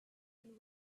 been